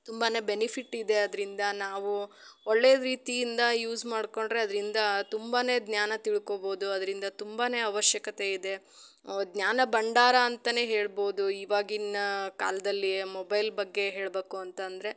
ತುಂಬಾ ಬೆನಿಫಿಟ್ ಇದೆ ಅದರಿಂದ ನಾವು ಒಳ್ಳೆ ರೀತಿಯಿಂದ ಯೂಸ್ ಮಾಡಿಕೊಂಡ್ರೆ ಅದರಿಂದ ತುಂಬಾ ಜ್ಞಾನ ತಿಳ್ಕೊಬೋದು ಅದರಿಂದ ತುಂಬಾ ಅವಶ್ಯಕತೆ ಇದೆ ಜ್ಞಾನ ಭಂಡಾರ ಅಂತನೆ ಹೇಳ್ಬೋದು ಇವಾಗಿನ ಕಾಲದಲ್ಲಿ ಮೊಬೈಲ್ ಬಗ್ಗೆ ಹೇಳಬೇಕು ಅಂತಂದರೆ